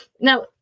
now